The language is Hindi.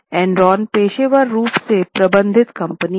एनरॉन पेशेवर रूप से प्रबंधित कंपनी है